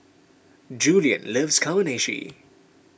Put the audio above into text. Julien loves Kamameshi